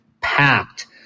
packed